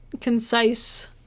concise